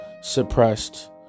suppressed